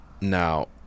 Now